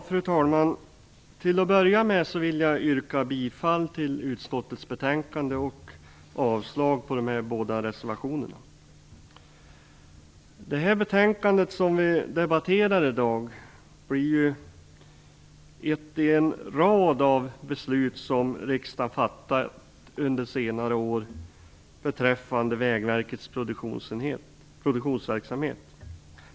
Fru talman! Till att börja med vill jag yrka bifall till hemställan i utskottets betänkande och avslag på de båda reservationerna. Det beslut som vi i dag debatterar är ett i en rad av beslut som riksdagen fattat under senare år beträffande Vägverkets produktionsverksamhet.